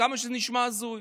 כמה שזה נשמע הזוי.